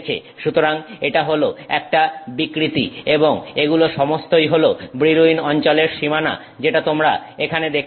সুতরাং এটা হল একটা বিকৃতি এবং এগুলো সমস্তই হলো ব্রিলউইন অঞ্চলের সীমানা যেটা তোমরা এখানে দেখতে পাচ্ছ